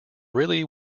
really